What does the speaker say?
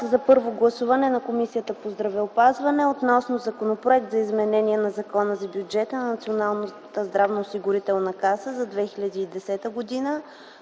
за първо гласуване на Комисията по здравеопазване относно Законопроект за изменение на Закона за бюджета на Националната здравноосигурителна каса за 2010 г.,